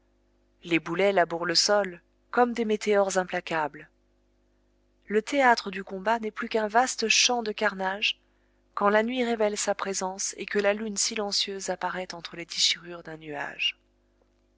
les boulets labourent le sol comme des météores implacables le théâtre du combat n'est plus qu'un vaste champ de carnage quand la nuit révèle sa présence et que la lune silencieuse apparaît entre les déchirures d'un nuage